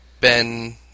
Ben